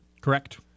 Correct